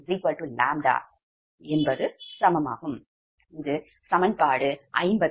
இது சமன்பாடு 55